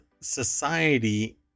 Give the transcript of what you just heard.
society